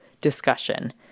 discussion